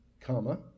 comma